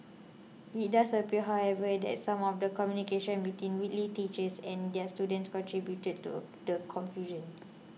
it does appear however that some of the communication between Whitley teachers and their students contributed to the confusion